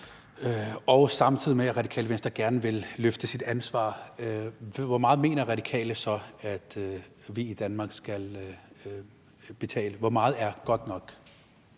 en stor regning, og Radikale samtidig gerne vil løfte sit ansvar, hvor meget mener Radikale så at vi i Danmark skal betale? Hvor meget er godt nok?